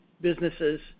businesses